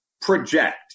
project